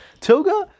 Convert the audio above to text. Toga